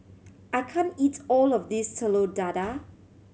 I can't eat all of this Telur Dadah